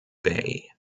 bay